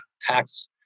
tax